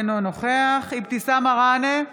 אינו נוכח אבתיסאם מראענה,